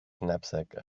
knapsack